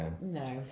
No